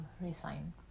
resign